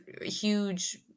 huge